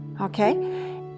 okay